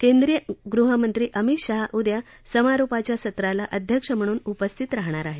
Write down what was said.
केंद्रीय गृहमंत्री अमित शहा उद्या समारोपाच्या सत्राला अध्यक्ष म्हणून उपस्थित राहणार आहेत